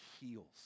heals